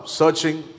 searching